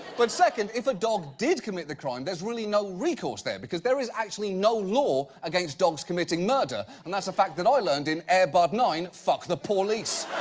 but second, if a dog did commit the crime there's really no recourse there because there is actually no law against dogs committing murder and that's a fact that learned in air bud nine, fuck the paw-lice!